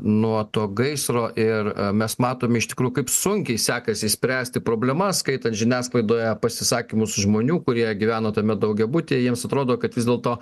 nuo to gaisro ir a mes matom iš tikrųjų kaip sunkiai sekasi spręsti problemas skaitant žiniasklaidoje pasisakymus žmonių kurie gyveno tame daugiabutyje jiems atrodo kad vis dėlto